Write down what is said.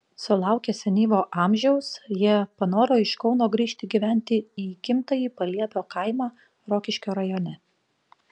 sulaukę senyvo amžiaus jie panoro iš kauno grįžti gyventi į gimtąjį paliepio kaimą rokiškio rajone